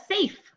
safe